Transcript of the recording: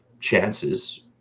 chances